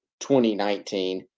2019